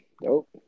Nope